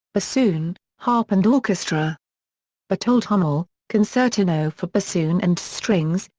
bassoon, harp and orchestra bertold hummel concertino for bassoon and strings,